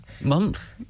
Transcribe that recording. month